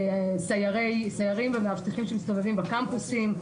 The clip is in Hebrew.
סיירים ומאבטחים שמסתובבים בקמפוסים.